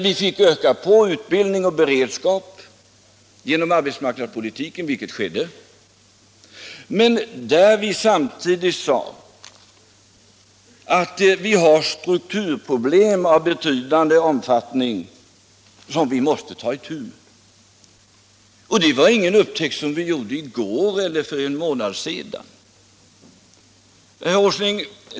Vi fick öka utbildning och beredskap genom arbetsmarknadspolitiken, vilket skedde. Men samtidigt sade vi att vi har strukturproblem av betydande omfattning som vi måste ta itu med. Det var ingen upptäckt vi gjorde i går eller för en månad sedan.